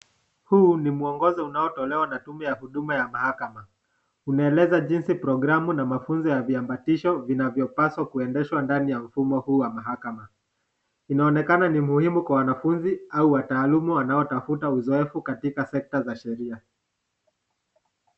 Huu ni mwongozoo unaotolewa na tume ya huduma ya mahakama. Unaeleza jinsi programu na mafunzo ya viambatisho vinavyopaswa kuendeshwa ndani ya mfumo huu wa mahakama. Inaonekana ni muhimu kwa wanafunzi au wataalimu wanaotafuta uzoefu katika sekta za sheria.